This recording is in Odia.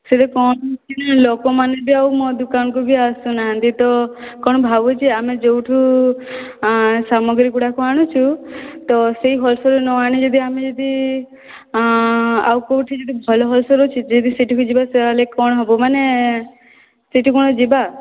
ସେହିଟୁ କ'ଣ ହୋଉଛି ନା ଲୋକମାନେ ବି ମୋ ଦୋକାନ କୁ ବି ଆସୁନାହାନ୍ତି ତ କ'ଣ ଭାବୁଛି ଆମେ ଯେଉଁଠୁ ସାମଗ୍ରୀ ଗୁଡ଼ାକ ଆଣୁଛୁ ତ ସେହି ହୋଲସେଲର ନ ଆଣି ଯଦି ଆମେ ଯଦି ଆଉ କେଉଁଠୁ ଯଦି ଭଲ ହୋଲସେଲର ଅଛି ଯଦି ସେହିଠିକି ଯିବା ତାହାଲେ କ'ଣ ହେବ ମାନେ ସେହିଠିକି କ'ଣ ଯିବା